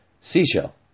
seashell